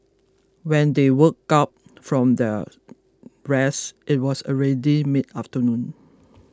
when they woke up from their rest it was already mid afternoon